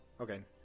Okay